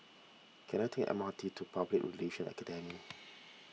can I take M R T to Public Relations Academy